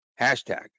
Hashtag